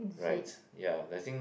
right yeah I think